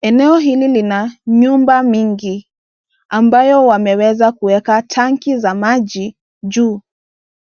Eneo hili lina nyumba mingi ambayo wameweza kuweka tanki za maji juu,